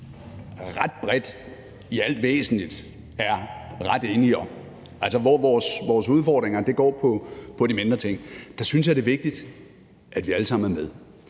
ret bredt i alt væsentligt er ret enige om, altså, hvor vores udfordringer går på de mindre ting – synes jeg, det er vigtigt, at vi alle sammen er med.